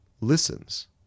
listens